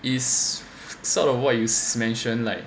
is sort of what you mention like